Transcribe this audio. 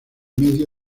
medio